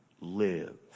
live